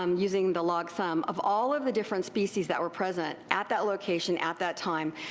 um using the log sum of all of the different species that were present at that location at that time,